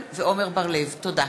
תודה.